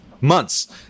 months